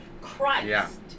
Christ